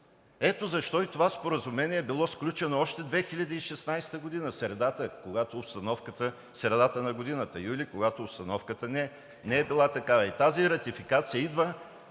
Ето защо и това споразумение е било сключено още в 2016 г., в средата на годината – юли, когато обстановката не е била такава. И тази ратификация идва